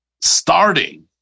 starting